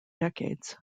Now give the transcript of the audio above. decades